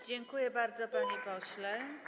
Dziękuję bardzo, panie pośle.